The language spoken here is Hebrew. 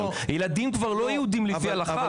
ילדים כבר לא יהודים לפי הלכה,